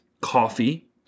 coffee